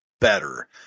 better